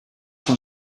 van